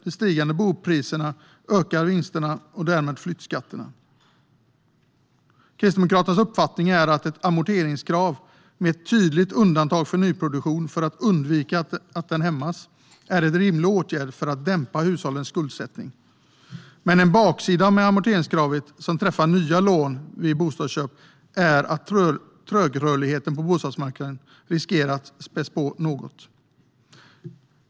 De stigande bopriserna ökar vinsterna och därmed flyttskatterna. Kristdemokraternas uppfattning är att ett amorteringskrav - med ett tydligt undantag för nyproduktion för att undvika att den hämmas - är en rimlig åtgärd för att dämpa hushållens skuldsättning. Men en baksida med amorteringskravet, som träffar nya lån vid bostadsköp, är att trögrörligheten på bostadsmarknaden riskerar att späs på något.